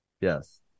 Yes